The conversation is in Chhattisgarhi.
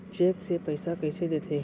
चेक से पइसा कइसे देथे?